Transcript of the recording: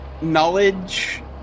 knowledge